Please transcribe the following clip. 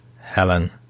Helen